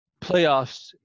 playoffs